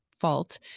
fault